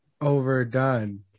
overdone